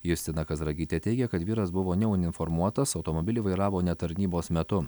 justina kazragytė teigia kad vyras buvo neuniformuotas automobilį vairavo ne tarnybos metu